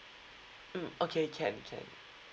mm okay can can